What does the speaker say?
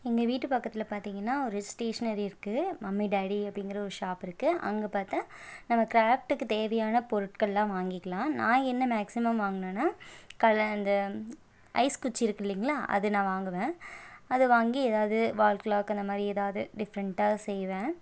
எங்கள் வீட்டு பக்கத்தில் பார்த்தீங்கன்னா ஒரு ஸ்டேஷ்னரி இருக்குது மம்மி டாடி அப்படிங்கிற ஒரு ஷாப் இருக்குது அங்கே பார்த்தா நம்ம கிராஃப்ட்டுக்கு தேவையான பொருட்கள்லாம் வாங்கிக்கலாம் நான் என்ன மேக்சிமம் வாங்குனேன்னால் கல அந்த ஐஸ் குச்சி இருக்கில்லைங்களா அது நான் வாங்குவேன் அது வாங்கி ஏதாவது வால் கிளாக் அந்த மாதிரி ஏதாவது டிஃபரெண்ட்டாக செய்வேன்